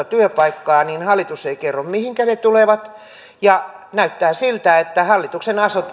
työpaikkaa niin hallitus ei kerro mihinkä ne tulevat ja näyttää siltä että hallituksen